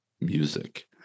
music